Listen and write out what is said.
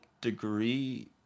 degree